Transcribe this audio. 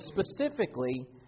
specifically